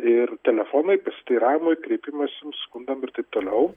ir telefonai pasiteiravimui kreipimasims skundam ir taip toliau